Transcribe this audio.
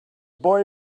boy